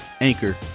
Anchor